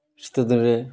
ଶୀତ ଦିନରେ